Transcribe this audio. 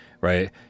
right